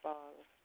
Father